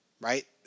right